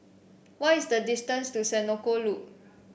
what is the distance to Senoko Loop